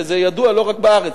וזה ידוע לא רק בארץ,